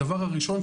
הדבר הראשון,